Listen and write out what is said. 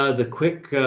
ah the quick, ah,